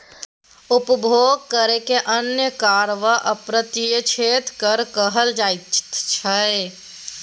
उपभोग करकेँ अन्य कर वा अप्रत्यक्ष कर कहल जाइत छै